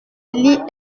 lit